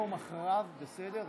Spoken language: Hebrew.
מקסימום אחריו, בסדר?